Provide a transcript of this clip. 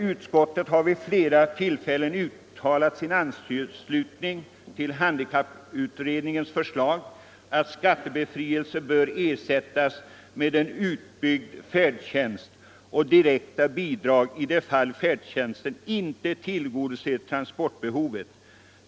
Utskottet har vid flera tillfällen uttalat sin anslutning till handikapputredningens förslag att skattebefrielsen bör ersättas med dels en utbyggd färdtjänst, dels direkta bidrag i de fall färdtjänsten inte tillgodoser transportbehovet.